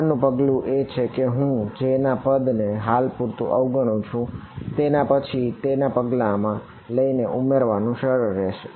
આગળ નું પગલું એ છે કે હું J ના પદ ને હાલ પૂરતું અવગણુ છું તેને પછીના પગલામાં લઈને ઉમેરવાનું સરળ રહેશે